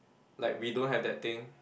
like we don't have that thing